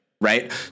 right